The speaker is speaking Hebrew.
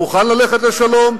מוכן ללכת לשלום,